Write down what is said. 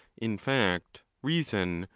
in fact, reason,